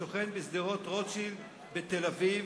השוכן בשדרות-רוטשילד בתל-אביב,